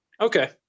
Okay